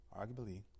arguably